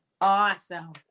Awesome